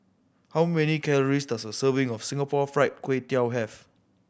how many calories does a serving of Singapore Fried Kway Tiao have